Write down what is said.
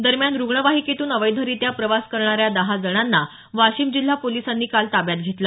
दरम्यान रुग्णवाहिकेतून अवैधरित्या प्रवास करणाऱ्या दहा जणांना वाशिम जिल्हा पोलिसांनी काल ताब्यात घेतलं